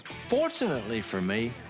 fortunately for me,